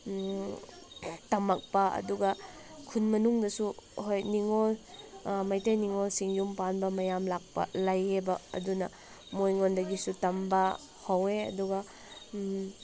ꯇꯝꯃꯛꯄ ꯑꯗꯨꯒ ꯈꯨꯜ ꯃꯅꯨꯡꯗꯁꯨ ꯍꯣꯏ ꯅꯤꯡꯉꯣꯜ ꯃꯩꯇꯩ ꯅꯤꯡꯉꯣꯜꯁꯤꯡ ꯃꯌꯨꯝ ꯄꯥꯟꯕ ꯃꯌꯥꯝ ꯂꯥꯛꯄ ꯂꯩꯌꯦꯕ ꯑꯗꯨꯅ ꯃꯣꯏꯉꯣꯟꯗꯒꯤꯁꯨ ꯇꯝꯕ ꯍꯧꯋꯦ ꯑꯗꯨꯒ